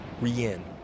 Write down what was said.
Rien